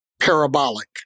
parabolic